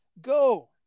Go